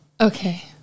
Okay